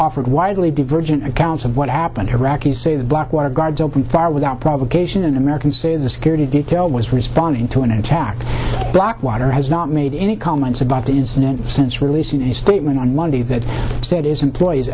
offered widely divergent accounts of what happened here rocky say the blackwater guards opened fire without provocation an american say the security detail was responding to an attack blackwater has not made any comments about the incident since releasing a statement on monday that said is employe